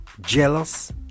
Jealous